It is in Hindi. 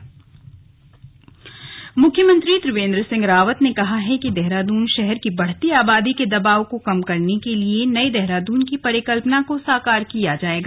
स्लग स्मार्ट सिटी मिशन मुख्यमंत्री त्रिवेंद्र सिंह रावत ने कहा है कि देहरादून शहर की बढ़ती आबादी के दबाव को कम करने के लिये नये देहरादून की परिकल्पना को साकार किया जायेगा